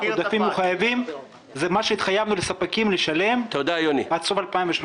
אלה דברים שהתחייבנו לשלם לספקים עד סוף 2018